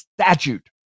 statute